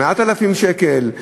8,000 שקל.